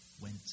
went